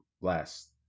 last